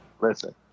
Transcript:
Listen